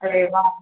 अड़े वाह